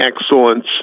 excellence